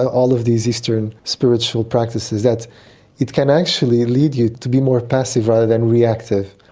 all of these eastern spiritual practices, that it can actually lead you to be more passive rather than reactive.